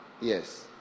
Yes